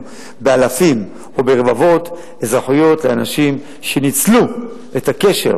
עם אלפים או רבבות אזרחויות לאנשים שניצלו את הקשר